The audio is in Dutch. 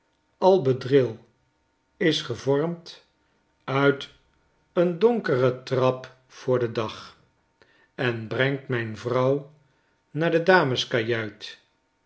albedril is gevormd uit een donkere trap voor den dag en brerigt mijn vrouw naar de dameskajuit